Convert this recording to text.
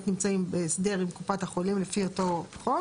נמצאים בהסדר עם קופת החולים לפי אותו חוק.